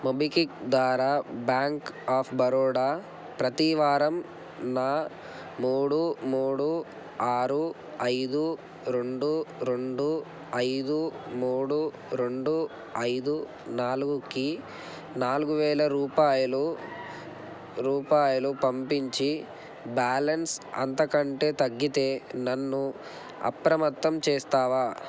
MobiKwik ద్వారా bank of Baroda ప్రతివారం నా మూడు మూడు ఆరు ఐదు రెండు రెండు ఐదు మూడు రెండు ఐదు నాలుగుకి నాలుగువేల రూపాయలు రూపాయలు పంపించి బ్యాలన్స్ అంతకంటే తగ్గితే నన్ను అప్రమత్తం చేస్తావా